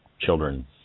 children